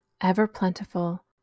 ever-plentiful